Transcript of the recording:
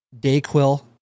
DayQuil